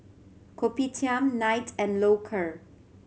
Kopitiam Knight and Loacker